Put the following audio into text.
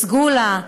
בסגולה.